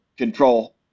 control